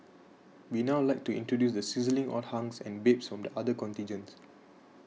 we now like to introduce the sizzling hot hunks and babes from the other contingents